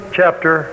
chapter